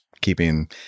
keeping